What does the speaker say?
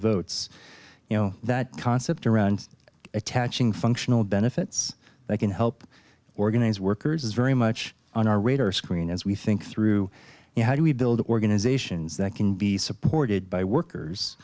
votes you know that concept around attaching functional benefits that can help organize workers is very much on our radar screen as we think through you know how do we build organizations that can be supported by